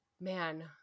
Man